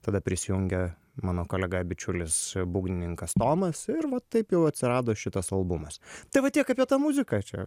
tada prisijungė mano kolega bičiulis būgnininkas tomas ir va taip jau atsirado šitas albumas tai va tiek apie tą muziką čia